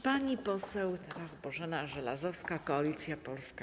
Pani poseł Bożena Żelazowska, Koalicja Polska.